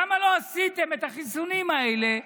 למה לא עשיתם את החיסונים האלה?